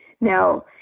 Now